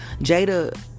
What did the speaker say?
Jada